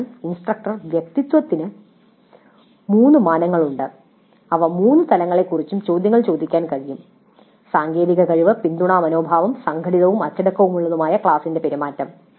അതിനാൽ ഇൻസ്ട്രക്ടർ വ്യക്തിത്വത്തിന് മൂന്ന് മാനങ്ങളുണ്ട് ഈ മൂന്ന് തലങ്ങളെക്കുറിച്ചും ചോദ്യങ്ങൾ ചോദിക്കാൻ കഴിയും സാങ്കേതിക കഴിവ് പിന്തുണാ മനോഭാവം സംഘടിതവും അച്ചടക്കമുള്ളതുമായ ക്ലാസ്സിന്റെ പെരുമാറ്റം